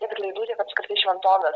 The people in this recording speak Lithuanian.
jie dar pridūrė kad apskritai šventovės